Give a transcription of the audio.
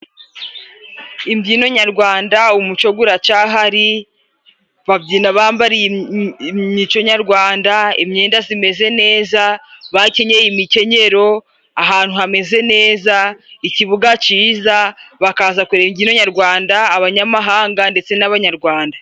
Imbyino nyarwanda umuco uracyahari, babyina bambariye umuco nyarwanda imyenda imeze neza, bakenyeye imikenyero, ahantu hameze neza ikibuga cyiza, bakaza kureba imbyino nyarwanda Abanyamahanga ndetse n'Abanyarwanda.